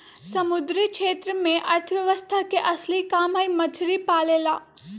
समुद्री क्षेत्र में अर्थव्यवस्था के असली काम हई मछली पालेला